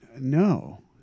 No